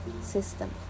system